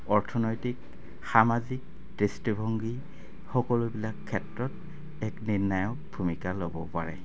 অৰ্থনৈতিক সামাজিক দৃষ্টিভংগী সকলোবিলাক ক্ষেত্ৰত এক নিৰ্ণায়ক ভূমিকা ল'ব পাৰে